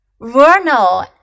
Vernal